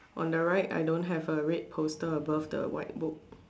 on the right I don't have a red poster above the white book